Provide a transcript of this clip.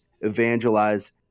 evangelize